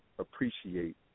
appreciate